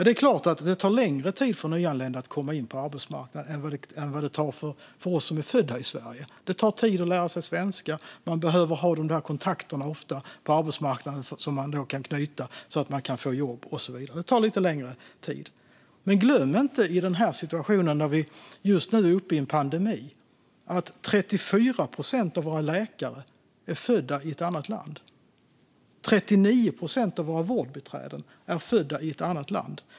Det är klart att det tar längre tid för nyanlända att komma in på arbetsmarknaden än vad det tar för oss som är födda i Sverige. Det tar tid att lära sig svenska. Man behöver ha kontakter som ofta knyts på arbetsmarknaden, så att man kan få jobb och så vidare. Det tar lite längre tid. Men glöm inte i denna situation, när vi är mitt uppe i en pandemi, att 34 procent av våra läkare är födda i ett annat land. 39 procent av våra vårdbiträden är födda i ett annat land.